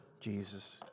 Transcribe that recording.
Jesus